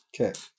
Okay